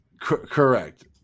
Correct